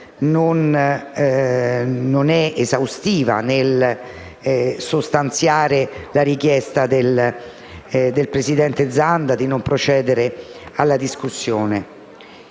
non è sufficiente a sostanziare la richiesta del presidente Zanda di non procedere alla discussione.